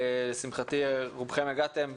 לשמחתי רובכם הגעתם.